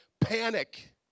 panic